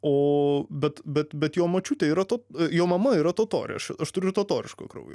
o bet bet bet jo močiutė yra to jo mama yra totorė aš turiu ir totoriško kraujo